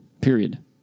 period